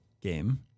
game